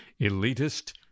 elitist